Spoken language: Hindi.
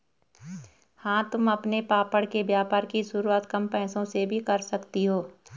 हाँ तुम अपने पापड़ के व्यापार की शुरुआत कम पैसों से भी कर सकती हो